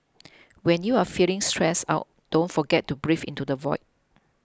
when you are feeling stressed out don't forget to breathe into the void